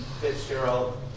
Fitzgerald